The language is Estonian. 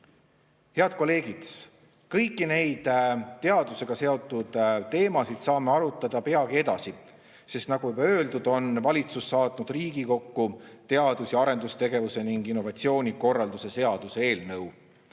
Head kolleegid! Kõiki neid teadusega seotud teemasid saame arutada peagi edasi. Nagu juba öeldud, valitsus on saatnud Riigikokku teadus‑ ja arendustegevuse ning innovatsiooni korralduse seaduse eelnõu.